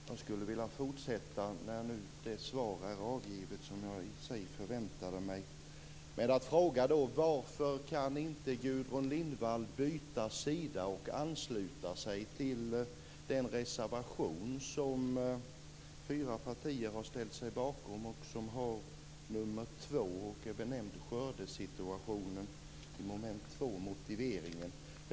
När nu det svar är avgivet som jag i och för sig väntade mig skulle jag vilja fortsätta med att fråga: Varför kan inte Gudrun Lindvall byta sida och ansluta sig till den reservation under mom. 2, motiveringen, som fyra partier har ställt sig bakom och som har nr 2 och benämns "Skördesituationen"?